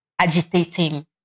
agitating